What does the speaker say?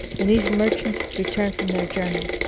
when these merchants return from their journey,